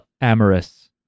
amorous